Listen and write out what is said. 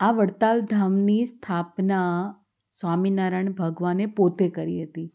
આ વડતાલ ધામની સ્થાપના સ્વામિનારાયણ ભગવાને પોતે કરી હતી